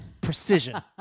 Precision